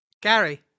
Gary